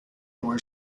were